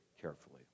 carefully